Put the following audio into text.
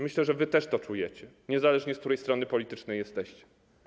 Myślę, że wy też to czujecie, niezależnie od tego, z której strony politycznej jesteście.